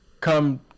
come